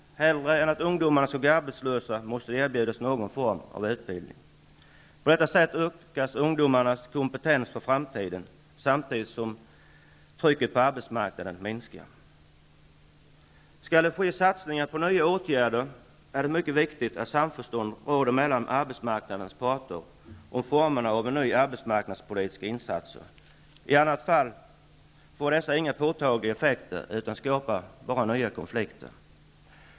Hellre än att ungdomar går arbetslösa skall de erbjudas någon form av utbildning. På detta sätt ökas ungdomarnas kompetens för framtiden, samtidigt som trycket på arbetsmarknaden minskar. Skall det ske satsningar på nya åtgärder, är det mycket viktigt att samförstånd råder mellan arbetsmarknadens parter om formerna för nya arbetsmarknadspolitiska insatser. I annat fall får dessa inga påtagliga effekter utan skapar bara nya konflikter.